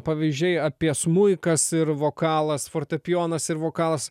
pavyzdžiai apie smuikas ir vokalas fortepijonas ir vokalas